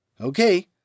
Okay